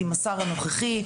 עם השר הנוכחי.